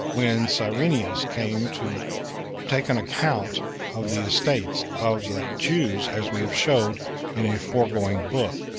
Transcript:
when cyrenius came to take an account of the estates of the jews, as we have showed in a foregoing book.